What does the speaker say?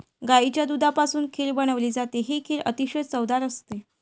गाईच्या दुधापासून खीर बनवली जाते, ही खीर अतिशय चवदार असते